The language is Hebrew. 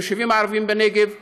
ביישובים הערביים בנגב,